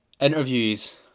interviews